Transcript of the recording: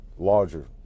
Larger